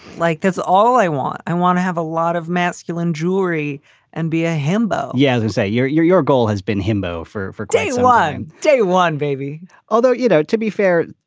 like that's all i want. i want to have a lot of masculine jewelry and be a hambo. yes. and say your your your goal has been himbo for four days, one day, one baby although, you know, to be fair,